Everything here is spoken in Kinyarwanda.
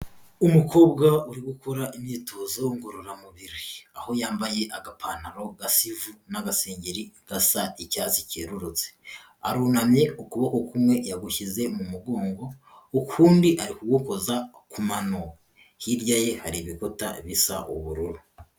Umukobwa uri gukora imyitozo ngororamubiri aho yambaye agapantaro gasa ivu n'agasengeri gasa icyatsi cyerurutse. Arunamye ukuboko kumwe yagushyize mu mugongo ukundi ari kugukoza ku mano, hirya ye hari ibikuta bisa ubururu.